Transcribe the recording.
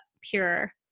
pure